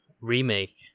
remake